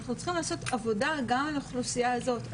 אנחנו צריכים לעשות עבודה גם עם האוכלוסייה הזאת.